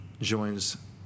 joins